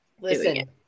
Listen